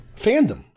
fandom